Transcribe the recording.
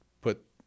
put